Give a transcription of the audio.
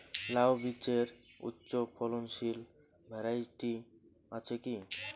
লাউ বীজের উচ্চ ফলনশীল ভ্যারাইটি আছে কী?